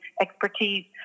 expertise